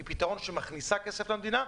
הוא פתרון שמכניס כסף למדינה,